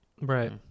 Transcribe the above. Right